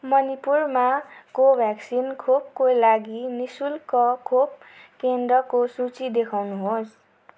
मणिपुरमा कोभ्याक्सिन खोपको लागि नि शुल्क खोप केन्द्रको सूची देखाउनुहोस्